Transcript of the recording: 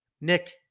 Nick